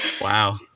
Wow